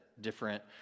different